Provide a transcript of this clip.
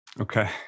Okay